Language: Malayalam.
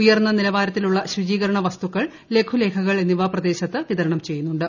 ഉയർന്ന നിലവാരത്തി്ലുള്ള ശുചീകരണ വസ്തുക്കൾ ലഘുലേഘകൾ എന്നിവ പ്രദേശത്ത് വിതരണം ചെയ്യുന്നുണ്ട്